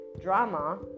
drama